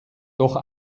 doch